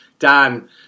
Dan